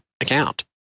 account